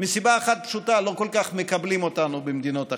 מסיבה אחת פשוטה: לא כל כך מקבלים אותנו במדינות אחרות.